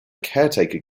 caretaker